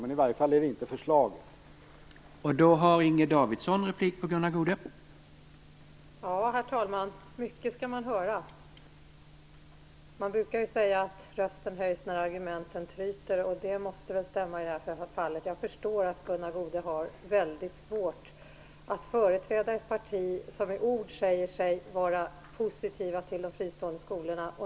Det är i varje fall inte förslaget han har läst.